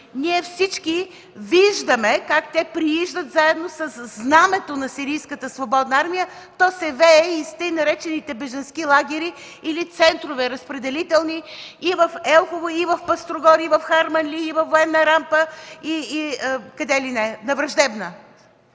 Ние всички виждаме как те прииждат заедно със знамето на Сирийската свободна армия. То се вее из тъй наречените „бежански лагери” или „разпределителни центрове” и в Елхово, и в Пърстрогор, и в Харманли, и в „Военна рампа”, и къде ли не – на „Враждебна”.